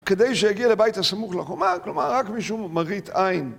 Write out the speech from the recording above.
כדי שיגיע לבית הסמוך לחומה, כלומר, רק משום מרית עין.